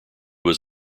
was